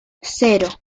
cero